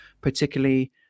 particularly